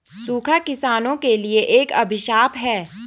सूखा किसानों के लिए एक अभिशाप है